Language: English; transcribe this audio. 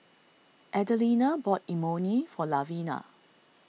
Adelina bought Imoni for Lavina